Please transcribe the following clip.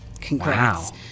Congrats